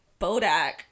Bodak